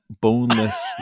boneless